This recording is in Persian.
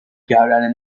کردن